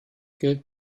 gilt